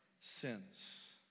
sins